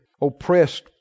oppressed